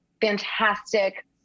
fantastic